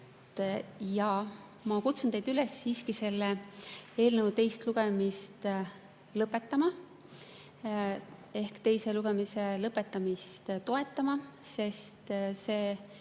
Ma kutsun teid üles siiski selle eelnõu teist lugemist lõpetama ehk teise lugemise lõpetamist toetama, sest see